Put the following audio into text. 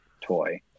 toy